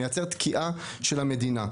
מייצר תקיעה של המדינה,